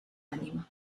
ànima